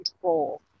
control